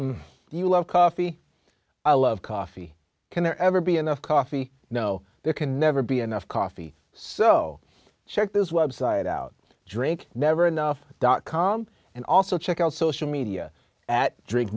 n you love coffee i love coffee can there ever be enough coffee no there can never be enough coffee so check this website out drink never enough dot com and also check out social media at drink